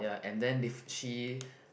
ya and then if she